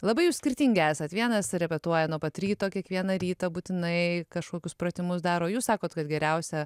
labai jūs skirtingi esat vienas repetuoja nuo pat ryto kiekvieną rytą būtinai kažkokius pratimus daro jūs sakot kad geriausia